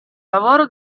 lavoro